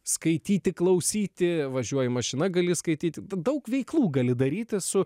skaityti klausyti važiuoji mašina gali skaityti daug veiklų gali daryti su